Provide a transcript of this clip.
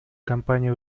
компания